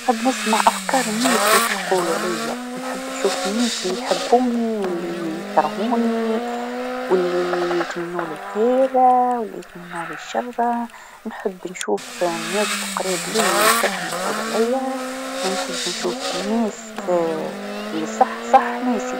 نحب نسمع أفكار الناس واش يقولو عليا، نحب نشوف الناس ليحبوني و لي يكرهوني و ليتمنولي الخير و ليتمنولي الشر، نحب نشوف الناس لقريب ليا واش راهم يقولو عليا، و نحب نشوف الناس لصح صح ناسي.